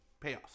payoffs